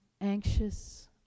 anxious